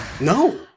No